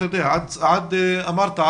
אמרת,